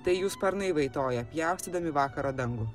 tai jų sparnai vaitoja pjaustydami vakaro dangų